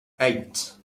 eight